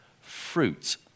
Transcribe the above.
fruit